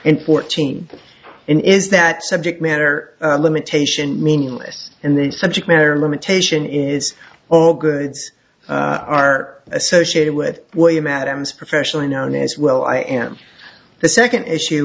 and fourteen in is that subject matter limitation meaningless in the subject matter limitation is all goods are associated with william adams professionally known as well i am the second issue